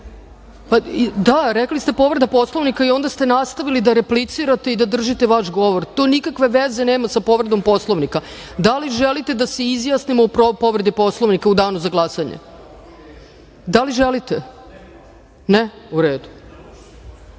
rekli ste povreda Poslovnika i onda ste nastavili da replicirate i da držite vaš govor. To nikakve veze nema sa povredom Poslovnika. Da li želite da se izjasnimo o povredi Poslovnika o danu za glasanje? Da li želite? (Ne.)U